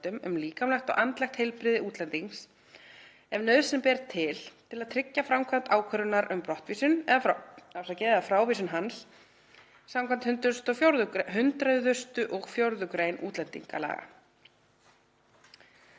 um líkamlegt og andlegt heilbrigði útlendings ef nauðsyn ber til að tryggja framkvæmd ákvörðunar um brottvísun eða frávísun hans skv. 104. gr. útlendingalaga.